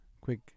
Quick